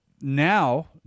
Now